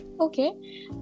Okay